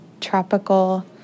tropical